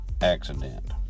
accident